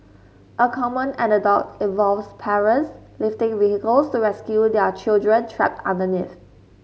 a common anecdote involves parents lifting vehicles to rescue their children trapped underneath